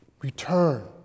return